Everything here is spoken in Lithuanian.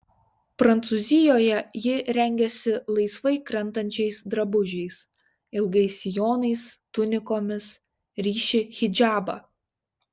prancūzijoje ji rengiasi laisvai krentančiais drabužiais ilgais sijonais tunikomis ryši hidžabą